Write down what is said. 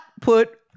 put